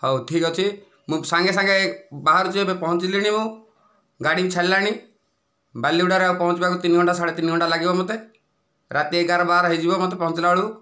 ହେଉ ଠିକ ଅଛି ମୁଁ ସାଙ୍ଗେ ସାଙ୍ଗେ ବାହରୁଛି ଏବେ ପହଞ୍ଚିଲିଣି ମୁଁ ଗାଡ଼ି ଛାଡ଼ିଲାଣି ବାଲିଗୁଡ଼ାରେ ପହଞ୍ଚିବାକୁ ତିନି ଘଣ୍ଟା ସାଢ଼େ ତିନି ଘଣ୍ଟା ଲାଗିବ ମୋତେ ରାତି ଏଗାର ବାର ହୋଇଯିବ ମୋତେ ପହଞ୍ଚିଲା ବେଳକୁ